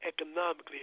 economically